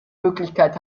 möglichkeit